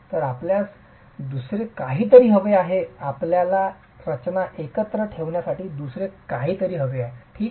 तर आपल्याला दुसरे काहीतरी हवे आहे आपल्याला रचना एकत्र ठेवण्यासाठी दुसरे काहीतरी हवे आहे ठीक आहे